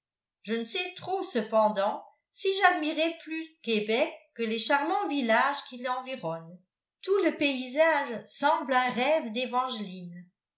je ne sais trop cependant si j'admirais plus québec que les charmants villages qui l'environnent tout le paysage semble un rêve